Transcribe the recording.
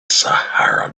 sahara